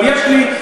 אבל יש לי,